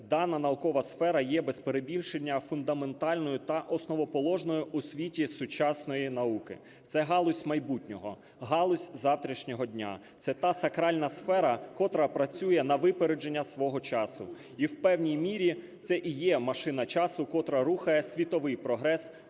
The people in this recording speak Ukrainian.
дана наукова сфера є без перебільшення фундаментальною та основоположною у світі сучасної науки. Це галузь майбутнього, галузь завтрашнього дня, це та сакральна сфера, котра працює на випередження свого часу, і в певній мірі це і є машина часу, котра рухає світовий прогрес